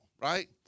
right